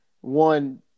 one